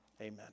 Amen